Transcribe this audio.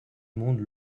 monde